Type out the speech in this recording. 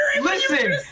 listen